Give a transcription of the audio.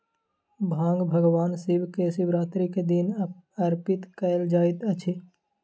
भांग भगवान शिव के शिवरात्रि के दिन अर्पित कयल जाइत अछि